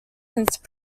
since